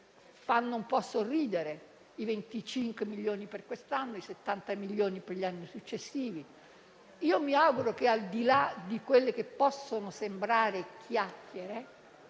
fanno un po' sorridere (i 25 milioni per quest'anno e i 70 milioni per gli anni successivi). Mi auguro che, al di là di quelle che possono sembrare chiacchiere,